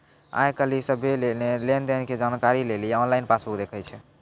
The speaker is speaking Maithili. आइ काल्हि सभ्भे लेन देनो के जानकारी लेली आनलाइन पासबुक देखै छै